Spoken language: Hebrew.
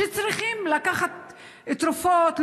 שצריכים לקחת תרופות,